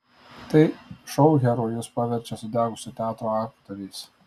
tai šou herojus paverčia sudegusio teatro aktoriais